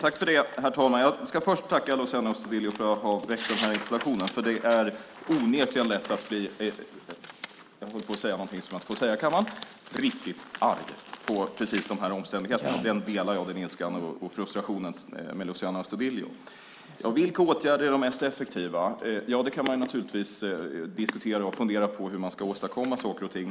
Herr talman! Jag ska först tacka Luciano Astudillo för att han väckt denna interpellation, för det är onekligen lätt att bli - jag höll på att säga någonting som man inte får säga i kammaren - riktigt arg på dessa omständigheter. Den ilskan och frustrationen delar jag med Luciano Astudillo. Vilka åtgärder är de mest effektiva? Man kan naturligtvis diskutera och fundera på hur man ska åstadkomma saker och ting.